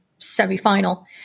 semifinal